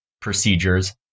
procedures